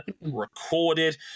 recorded